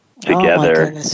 together